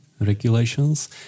regulations